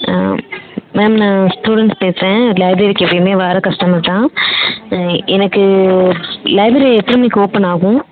ma'am நான் student பேசுகிறேன் லைப்ரரிக்கு எப்பையுமே வர கஸ்டமர் தான் எனக்கு லைப்ரரி எத்தனை மணிக்கு ஓப்பன் ஆகும்